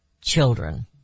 children